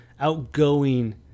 outgoing